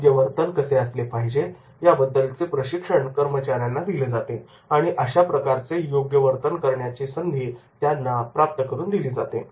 योग्य वर्तन कसे असले पाहिजे याबद्दलचे प्रशिक्षण कर्मचाऱ्यांना दिले जाते आणि अशा प्रकारचे योग्य वर्तन करण्याची संधी त्यांना प्राप्त करून दिली जाते